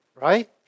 right